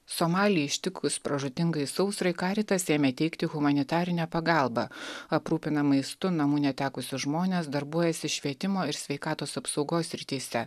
somalį ištikus pražūtingai sausrai karitas ėmė teikti humanitarinę pagalbą aprūpina maistu namų netekusius žmones darbuojasi švietimo ir sveikatos apsaugos srityse